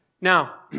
Now